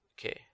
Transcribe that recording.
Okay